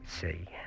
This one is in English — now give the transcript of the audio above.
See